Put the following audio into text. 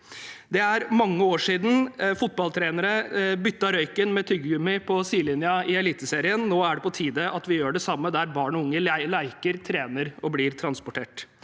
Det er mange år siden fotballtrenere byttet ut røyken med tyggegummi på sidelinjen i eliteserien. Nå er det på tide at vi gjør det samme der barn og unge leker, trener og blir transportert.